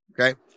Okay